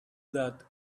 that